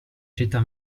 città